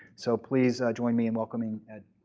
so please join me in welcoming ed.